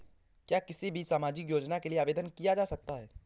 क्या किसी भी सामाजिक योजना के लिए आवेदन किया जा सकता है?